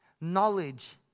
Knowledge